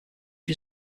you